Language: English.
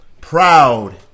proud